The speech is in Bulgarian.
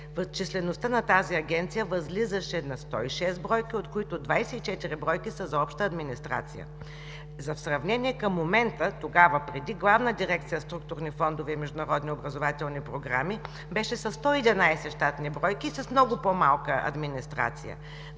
числеността на тази Агенция възлизаше на 106 бройки, от които 24 бройки са за Обща администрация. За сравнение към момента, преди Главна дирекция „Структурни фондове и международни образователни програми“ беше със 111 щатни бройки и с много по-малка администрация.